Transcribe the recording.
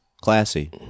Classy